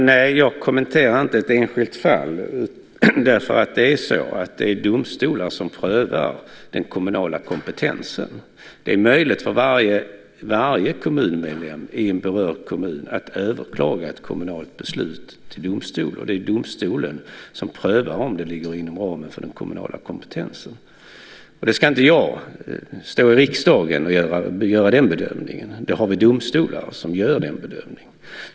Herr talman! Jag kommenterar inte ett enskilt fall, för det är domstolar som prövar den kommunala kompetensen. Det är möjligt för varje kommunmedborgare i en berörd kommun att överklaga ett kommunalt beslut till domstol, och det är domstolen som prövar om det ligger inom ramen för den kommunala kompetensen. Jag ska inte stå i riksdagen och göra den bedömningen. Vi har domstolar som gör den bedömningen.